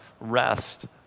rest